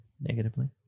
negatively